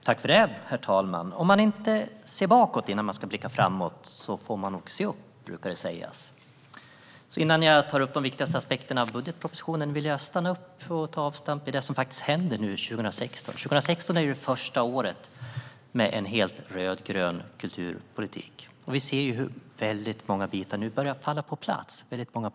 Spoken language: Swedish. Herr talman! Om man inte ser bakåt innan man ska blicka framåt får man nog se upp, brukar det sägas. Innan jag tar upp de viktigaste aspekterna av budgetpropositionen vill jag därför stanna upp och ta avstamp i det som faktiskt hände 2016. Det är ju det första året med en helt rödgrön kulturpolitik, och vi ser hur väldigt många positiva bitar nu börjar falla på plats.